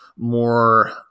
more